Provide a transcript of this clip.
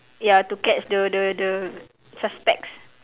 ya to catch the the the suspects